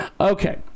okay